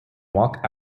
walk